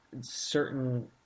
certain